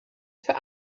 für